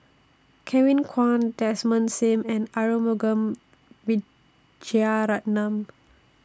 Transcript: Kevin Kwan Desmond SIM and Arumugam Vijiaratnam